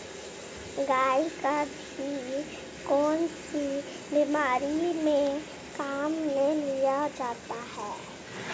गाय का घी कौनसी बीमारी में काम में लिया जाता है?